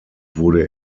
wurde